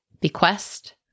bequest